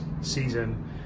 season